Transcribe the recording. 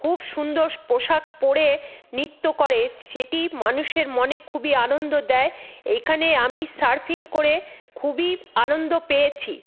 খুব সুন্দর পোশাক পরে নৃত্য করে সেটি মানুষের মনে খুবই আনন্দ দেয় এইখানে আমি সার্ফিং করে খুবই আনন্দ পেয়েছি